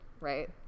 right